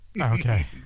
Okay